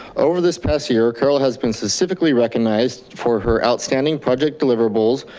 over this past year, carol has been specifically recognized for her outstanding project deliverables,